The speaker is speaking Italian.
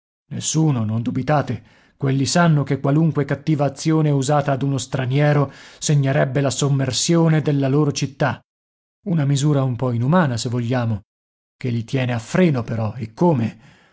nessuno non dubitate quelli sanno che qualunque cattiva azione usata ad uno straniero segnerebbe la sommersione della loro città una misura un po inumana se vogliamo che li tiene a freno però e come